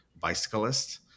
bicyclist